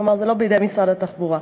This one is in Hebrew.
כלומר, זה לא בידי משרד התחבורה.